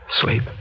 Sleep